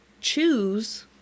choose